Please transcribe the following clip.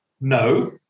no